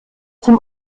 zum